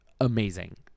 amazing